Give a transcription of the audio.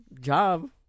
job